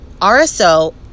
RSO